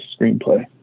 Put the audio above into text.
screenplay